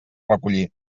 recollir